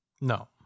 No